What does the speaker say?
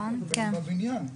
הם בבניין.